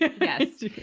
yes